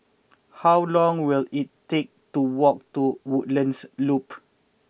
how long will it take to walk to Woodlands Loop